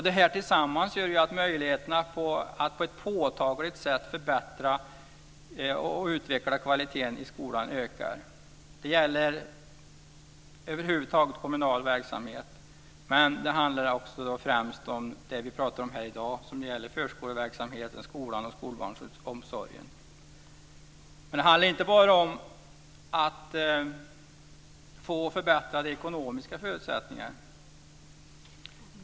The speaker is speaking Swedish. Det här tillsammans gör att möjligheterna för att på ett påtagligt sätt förbättra och utveckla kvaliteten i skolan ökar. Det gäller över huvud taget kommunal verksamhet. Men det handlar främst om det vi pratar om här i dag, förskoleverksamheten, skolan och skolbarnsomsorgen. Men det handlar inte bara om att få förbättrade ekonomiska förutsättningar.